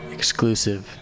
Exclusive